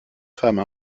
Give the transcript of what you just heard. femme